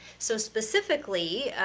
so specifically,